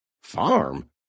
Farm